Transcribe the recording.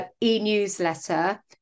e-newsletter